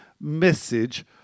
message